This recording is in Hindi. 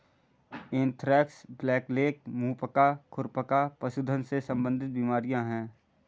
एंथ्रेक्स, ब्लैकलेग, मुंह पका, खुर पका पशुधन से संबंधित बीमारियां हैं